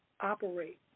operate